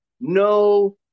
no